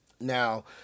Now